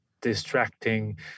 distracting